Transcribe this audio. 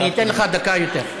אני אתן לך דקה יותר.